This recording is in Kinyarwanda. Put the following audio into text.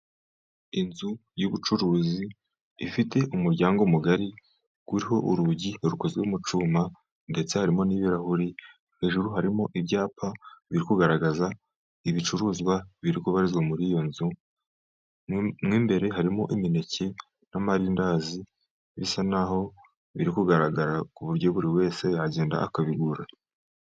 Inzu y'ubucuruzi ifite umuryango mugari uriho urugi rukozwe mu cyuma ndetse harimo n'ibirahuri, hejuru harimo ibyapa biri kugaragaza ibicuruzwa bibarizwa muri iyo nzu mo imbere harimo imineke n'amarindazi bisa nkaho biri kugaragara ku buryo buri wese yagenda akabigura.